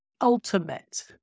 ultimate